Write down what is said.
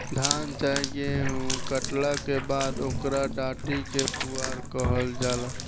धान चाहे गेहू काटला के बाद ओकरा डाटी के पुआरा कहल जाला